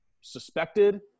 suspected